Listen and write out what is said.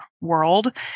world